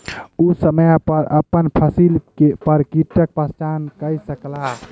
ओ समय पर अपन फसिल पर कीटक पहचान कय सकला